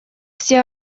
все